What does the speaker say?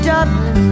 Dublin